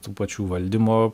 tų pačių valdymo